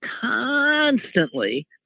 constantly